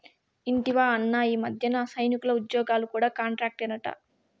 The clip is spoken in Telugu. ఇంటివా అన్నా, ఈ మధ్యన సైనికుల ఉజ్జోగాలు కూడా కాంట్రాక్టేనట